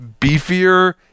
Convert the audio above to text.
beefier